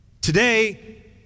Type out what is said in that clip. Today